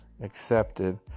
accepted